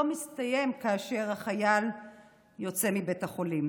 מסתיים כאשר החייל יוצא מבית החולים.